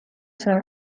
sõnul